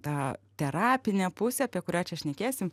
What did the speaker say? tą terapinę pusė apie kurią čia šnekėsim